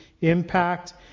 impact